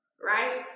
Right